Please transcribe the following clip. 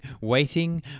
waiting